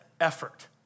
effort